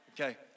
okay